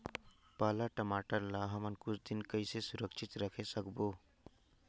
पाला टमाटर ला हमन कुछ दिन कइसे सुरक्षित रखे सकबो?